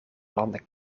landen